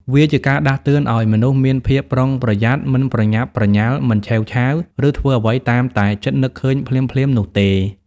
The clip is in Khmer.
វាជាការដាស់តឿនឱ្យមនុស្សមានភាពប្រុងប្រយ័ត្ន មិនប្រញាប់ប្រញាល់ មិនឆេវឆាវ ឬធ្វើអ្វីតាមតែចិត្តនឹកឃើញភ្លាមៗនោះទេ។